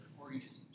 organisms